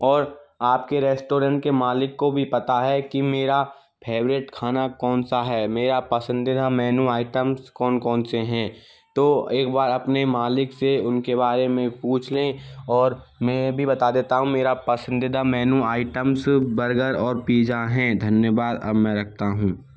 और आपके रेस्टोरेंट के मालिक को भी पता है कि मेरा फेवरेट खाना कौन सा है मेरा पसंदीदा मेनू आइटम्स कौन कौन से हैं तो एक बार अपने मालिक से उनके बारे में पूछ लें और मैं भी बता देता हूँ मेरा पसंदीदा मेनू आइटम्स बर्गर और पीजा हैं धन्यवाद अब मैं रखता हूँ